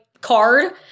card